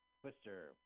Twister